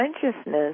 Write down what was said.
consciousness